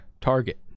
target